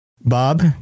Bob